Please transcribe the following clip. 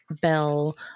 bell